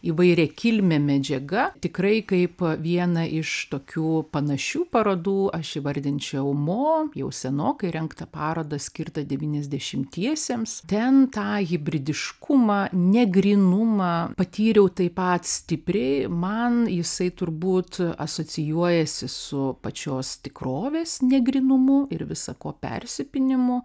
įvairiakilmė medžiaga tikrai kaip viena iš tokių panašių parodų aš įvardinčiau mo jau senokai rengtą parodą skirtą devyniasdešimtiesiems ten tą hibridiškumą ne grynumą patyriau taip pat stipriai man jisai turbūt asocijuojasi su pačios tikrovės negrynumu ir visa ko persipynimu